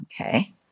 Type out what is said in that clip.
Okay